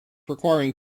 requiring